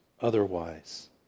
otherwise